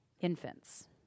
infants